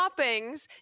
toppings